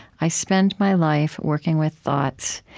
i spend my life working with thoughts.